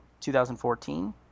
2014